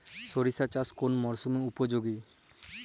সরিষা চাষ কোন মরশুমে উপযোগী?